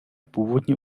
původně